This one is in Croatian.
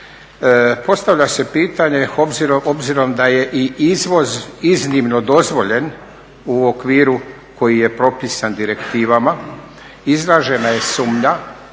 postavlja se pitanje obzirom da je i izvoz iznimno dozvoljen u okviru koji je propisan direktivama, izražena je sumnja